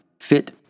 fit